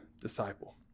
disciple